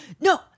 No